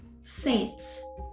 saints